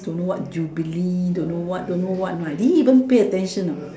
don't know what Jubilee don't know don't know I didn't even pay attention you know